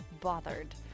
bothered